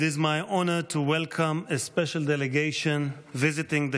It is my honor to welcome a special delegation visiting the